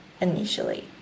initially